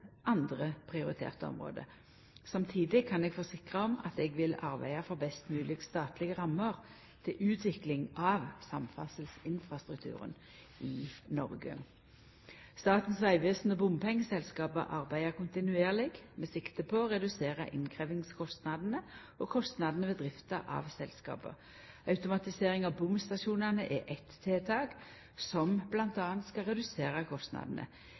andre prioriterte område. Samtidig kan eg forsikra om at eg vil arbeida for best mogleg statlege rammer til utviklinga av samferdselsinfrastrukturen i Noreg. Statens vegvesen og bompengeselskapa arbeider kontinuerleg med sikte på å redusera innkrevjingskostnadene og kostnadene ved drift av selskapa. Automatisering av bomstasjonane er eitt tiltak som m.a. skal redusera kostnadene.